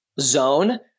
zone